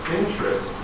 interest